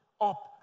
up